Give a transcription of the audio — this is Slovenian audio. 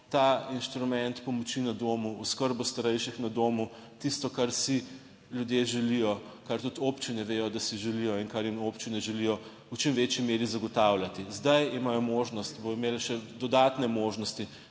ta inštrument pomoči na domu, oskrbo starejših na domu, tisto, kar si ljudje želijo, kar tudi občine vedo, da si želijo in kar jim občine želijo v čim večji meri zagotavljati. Zdaj imajo možnost, bodo imeli še dodatne možnosti,